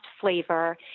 flavor